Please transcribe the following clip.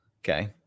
Okay